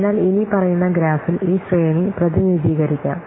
അതിനാൽ ഇനിപ്പറയുന്ന ഗ്രാഫിൽ ഈ ശ്രേണി പ്രതിനിധീകരിക്കാം